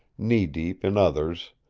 knee deep in others,